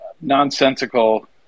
nonsensical